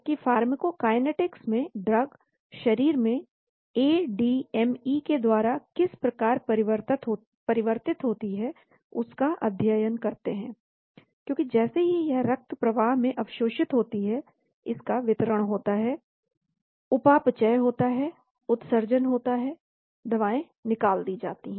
जबकि फार्माकोकाइनेटिक्स में ड्रग्स शरीर में एडीएमई के द्वारा किस प्रकार परिवर्तित होती है उसका अध्ययन करते हैं क्योंकि जैसे ही यह रक्तप्रवाह में अवशोषित होती है इसका वितरण होता है उपापचय होता है उत्सर्जन होता है दवाएं निकाल दी जाती हैं